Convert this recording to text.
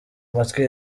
matwi